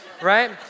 right